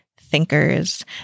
thinkers